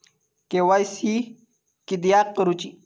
KYC किदयाक करूची?